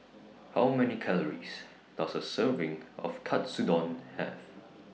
How Many Calories Does A Serving of Katsudon Have